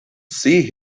see